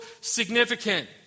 significant